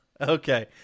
Okay